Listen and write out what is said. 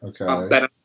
Okay